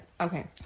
Okay